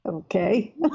Okay